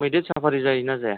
मैदेर साफारि जायोना जाया